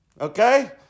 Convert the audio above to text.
Okay